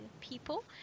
people